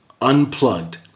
unplugged